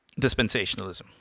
dispensationalism